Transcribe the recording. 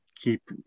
keep